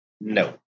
No